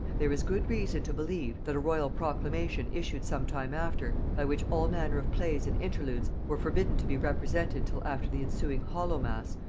there is good reason to believe, that a royal proclamation issued some time after, by which all manner of plays and interludes were forbidden to be represented till after the ensuing hallowmass,